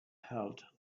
held